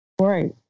Right